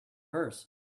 hers